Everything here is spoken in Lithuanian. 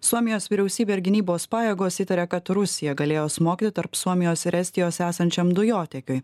suomijos vyriausybė ir gynybos pajėgos įtaria kad rusija galėjo smogti tarp suomijos ir estijos esančiam dujotiekiui